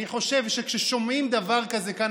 אני חושב שכששומעים דבר כזה כאן,